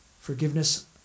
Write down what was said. forgiveness